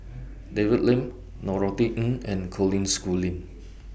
David Lim Norothy Ng and Colin Schooling